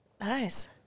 Nice